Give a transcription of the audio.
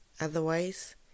Otherwise